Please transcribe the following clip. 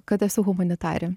kad esu humanitarė